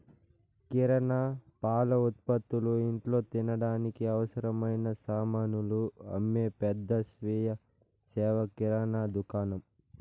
కిరణా, పాల ఉత్పతులు, ఇంట్లో తినడానికి అవసరమైన సామానులు అమ్మే పెద్ద స్వీయ సేవ కిరణా దుకాణం